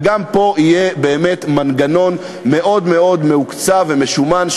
גם פה יהיה באמת מנגנון מאוד מאוד מהוקצע ומשומן,